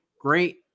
Great